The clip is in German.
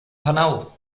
panau